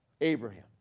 Abraham